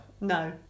No